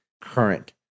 current